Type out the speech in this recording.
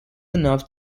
enough